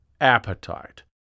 Appetite